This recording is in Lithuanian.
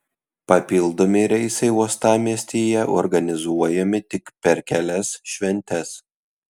papildomi reisai uostamiestyje organizuojami tik per kelias šventes